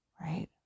right